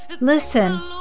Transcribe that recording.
Listen